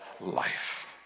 life